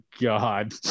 God